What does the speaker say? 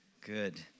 Good